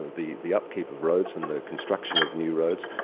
the the upkeep of roads and the construction of new roads.